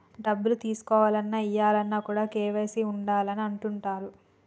డబ్బులు తీసుకోవాలన్న, ఏయాలన్న కూడా కేవైసీ ఉండాలి అని అంటుంటరు